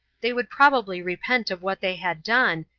they would probably repent of what they had done,